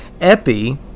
epi